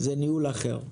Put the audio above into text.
זה ניהול אחר.